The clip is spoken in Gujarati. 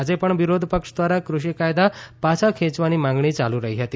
આજે પણ વિરોધપક્ષ દ્વારા કૃષિ કાયદા પાછા ખેંચવાની માંગણી ચાલુ રહી હતી